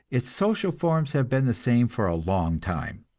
its social forms have been the same for a long time.